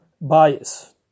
bias